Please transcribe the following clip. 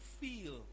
feel